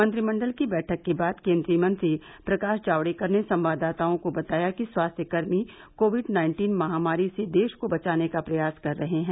मंत्रिमण्डल की बैठक के बाद केन्द्रीय मंत्री प्रकाश जावड़ेकर ने संवाददाताओं को बताया कि स्वास्थ्यकर्मी कोविड नाइन्टीन महामारी से देश को बचाने का प्रयास कर रहे हैं